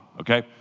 okay